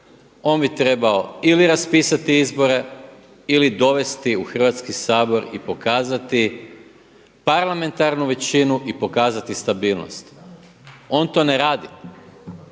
On bi trebao ili raspisati izbore ili dovesti u Hrvatski sabor i pokazati parlamentarnu većinu i pokazati stabilnost. On to ne radi,